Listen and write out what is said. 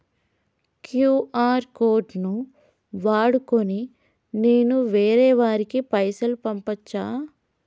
QR code ను వాడుకొని నేను వేరే వారికి పైసలు పంపచ్చా?